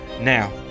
Now